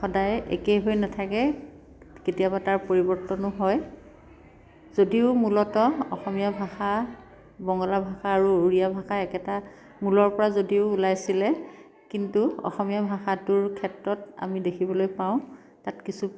সদায়েই একে হৈ নাথাকে কেতিয়াবা তাৰ পৰিৱৰ্তনো হয় যদিও মূলতঃ অসমীয়া ভাষা বঙলা ভাষা আৰু উড়িয়া ভাষা একেটা মূলৰ পৰা যদিও ওলাইছিলে কিন্তু অসমীয়া ভাষাটোৰ ক্ষেত্ৰত আমি দেখিবলৈ পাওঁ তাত কিছু